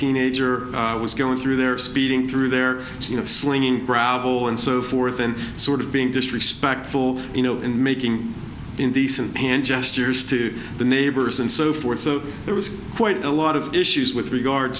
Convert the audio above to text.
teenager was going through there speeding through their swinging gravel and so forth and sort of being disrespectful you know in making indecent hand gestures to the neighbors and so forth so there was quite a lot of issues with regard